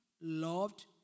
loved